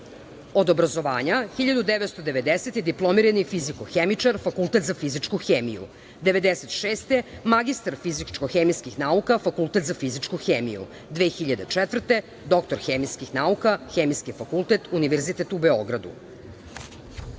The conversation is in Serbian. obrazovanja: 1990. diplomirani fiziko-hemičar, Fakultet za fizičku hemiju; 1996. godine magistar fizičko-hemijskih nauka, Fakultet za fizičku hemiju; 2004. godine doktor hemijskih nauka, Hemijski fakultet Univerzitet u